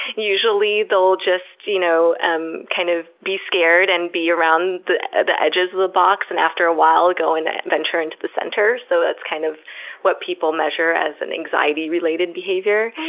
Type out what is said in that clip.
usually they'll just you know um kind of be scared and be around the the edges of the box, and after a while go and venture into the center. so that's kind of what people measure as an anxiety-related behavior.